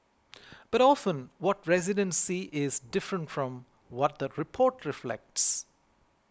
but often what residents see is different from what the report reflects